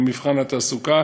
במבחן התעסוקה